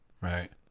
Right